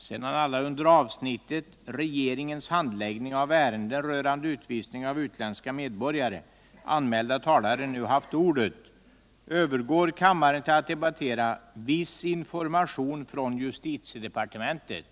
Sedan alla under avsnittet Regeringens handläggning av ärenden rörande utvisning av utländska medborgare anmälda talare nu haft ordet övergår kammaren till att debattera Viss information från justitiedepartementet.